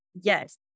Yes